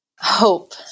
hope